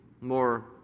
more